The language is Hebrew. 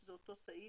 שזה בעצם אותו סעיף.